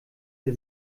der